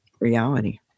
reality